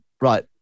Right